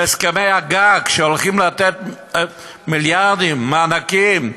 בהסכמי-הגג, שהולכים לתת מיליארדים מענקים,